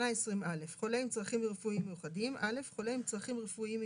20א. חולה עם צרכים רפואיים מיוחדים.